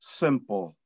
simple